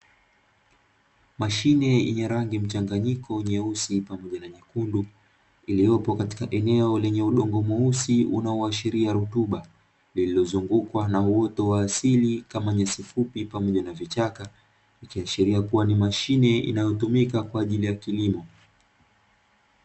mashine yenye rangi mchanganyiko nyeusi pamoja na nyekundu, iliyopo katika eneo lenye udongo mweusi unaoashiria rutuba, linalozungukwa na uoto wa asili kama nyasi fupi pamoja na vichaka, ikiashiiria ni mashine inayotumika kwa ajili ya kilimo .